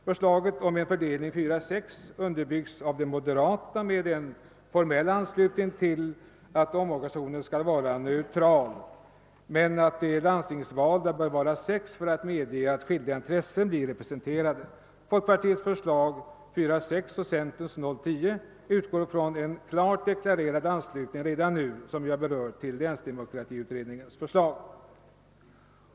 Förslaget om en fördelning 4—6 underbyggs av de moderata med en formell anslutning till tanken att omorganisationen skall vara neutral men att de landstingsvalda skall vara sex för att medge att skiljaktiga intressen blir representerade. Folkpartiets förslag om 4—6 och centerns om 0—10 utgår från en klart deklarerad anslutning redan nu till länsdemokratiutredningens förslag.